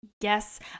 yes